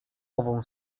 ową